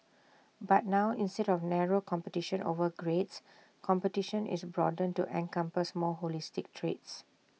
but now instead of narrow competition over grades competition is broadened to encompass more holistic traits